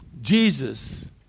Jesus